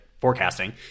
forecasting